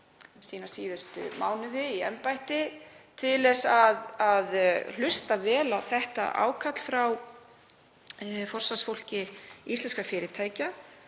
nýta síðustu mánuði sína í embætti til að hlusta vel á þetta ákall frá forsvarsfólki íslenskra fyrirtækja